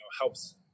helps